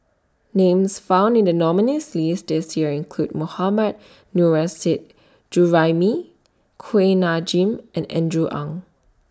Names found in The nominees' list This Year include Mohammad Nurrasyid Juraimi Kuak Nam Jin and Andrew Ang